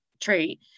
trait